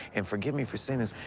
and forgive me for saying this,